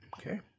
Okay